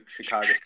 Chicago